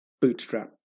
bootstrap